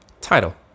Title